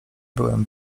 byłem